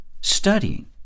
studying